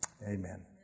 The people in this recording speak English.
amen